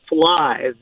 fly